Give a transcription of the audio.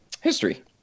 History